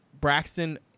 Braxton